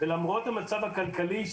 ולמרות המצב הכלכלי,